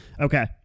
Okay